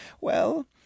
Well